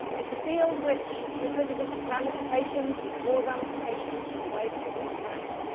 it's a field which, because of the ramifications, these broad ramifications, and the way the thing interacts,